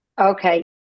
Okay